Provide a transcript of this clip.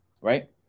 Right